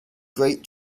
great